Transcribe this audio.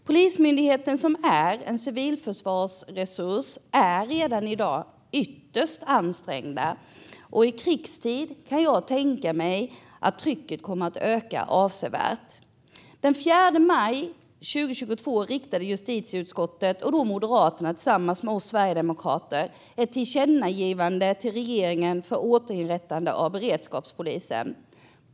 Polismyndigheten, som är en civilförsvarsresurs, är redan i dag ytterst ansträngd, och jag kan tänka mig att trycket kommer att öka avsevärt i krigstid. Den 4 maj 2022 riktade justitieutskottet och bland annat Moderaterna och Sverigedemokraterna ett tillkännagivande till regeringen om ett återinrättande av beredskapspolisen.